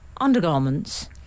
undergarments